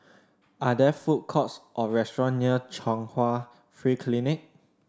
are there food courts or restaurant near Chung Hwa Free Clinic